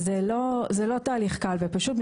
זה לא תהליך קל ופשוט,